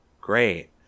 great